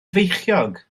feichiog